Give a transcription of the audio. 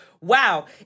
Wow